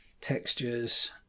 textures